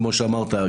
כמו שאמרת,